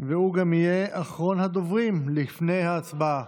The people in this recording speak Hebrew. והוא גם יהיה אחרון הדוברים לפני ההצבעה.